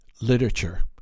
literature